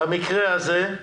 במקרה הזה,